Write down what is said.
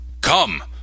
Come